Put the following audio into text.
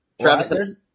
Travis